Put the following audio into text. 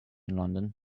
london